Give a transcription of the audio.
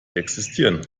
existieren